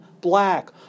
black